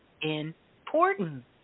important